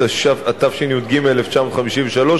התשי"ג 1953,